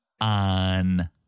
on